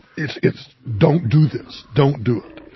it's, it's don't do this. don't do it.